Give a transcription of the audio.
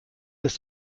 ist